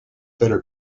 better